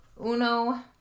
uno